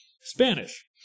Spanish